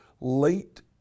late